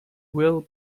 will